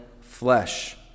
flesh